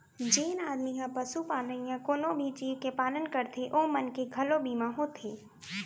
जेन आदमी ह पसुपालन या कोनों भी जीव के पालन करथे ओ मन के घलौ बीमा होथे